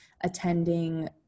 attending